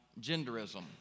genderism